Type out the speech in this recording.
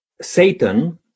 Satan